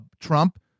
trump